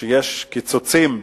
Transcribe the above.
שיש קיצוצים.